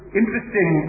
interesting